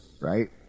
right